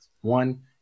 One